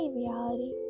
reality